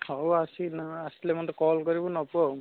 ହଉ ଆସିକି ଆସିଲେ ମୋତେ କଲ୍ କରିବୁ ନେବୁ ଆଉ